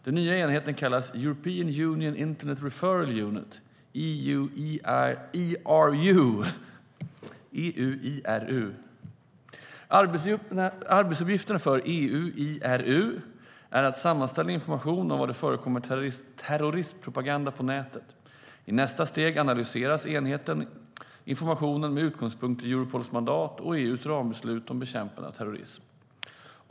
Den nya enheten kallas European Union Internet Referral Unit, EU IRU. Arbetsuppgifterna för EU IRU är att sammanställa information om var det förekommer terrorismpropaganda på nätet. I nästa steg analyserar enheten informationen med utgångspunkt i Europols mandat och EU:s rambeslut om bekämpande av terrorism.